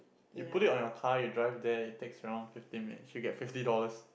you put it on your car you drive there it takes around fifteen minutes you get fifty dollars